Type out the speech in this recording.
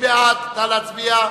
נא להצביע.